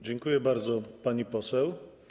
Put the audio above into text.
Dziękuję bardzo, pani poseł.